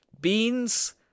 Beans